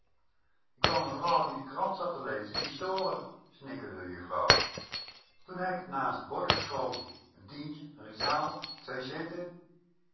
ik wou mevrouw die de krant zat te lezen niet storen snikkerde de juffrouw toen hè k t naast t bord geschoven een tientje een rijksdaalder twee centen